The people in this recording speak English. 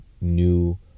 new